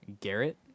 Garrett